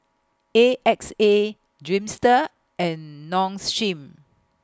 A X A Dreamster and Nong Shim